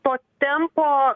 to tempo